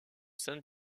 saint